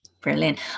Brilliant